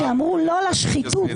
שאמרו לא לשחיתות,